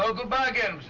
ah goodbye again,